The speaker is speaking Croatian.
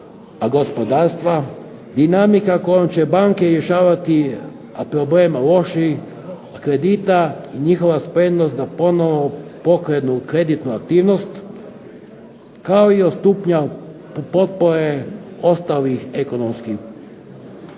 gospodarstva, dinamika kojom će banke rješavati problem lošijih kredita i njihova spremnost da ponovno pokrenu kreditnu aktivnost, ako i o stupnju potpore ostalih ekonomskih